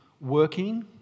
working